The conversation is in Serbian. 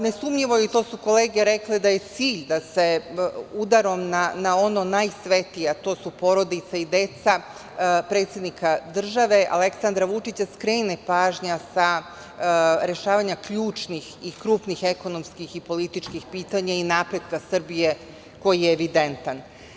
Nesumnjivo je, i to su kolege rekle, da je cilj da se udarom na ono najsvetije, a to su porodica i deca predsednika države, Aleksandra Vučića, skrene pažnja sa rešavanje ključnih i krupnih ekonomskih i političkih pitanja i napretka Srbije, koji je evidentan.